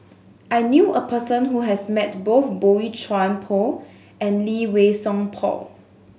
I knew a person who has met both Boey Chuan Poh and Lee Wei Song Paul